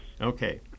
Okay